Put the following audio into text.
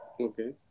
Okay